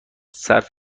صرف